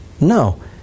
No